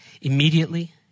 Immediately